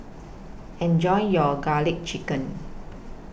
Enjoy your Garlic Chicken